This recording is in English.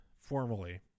formally